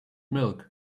milk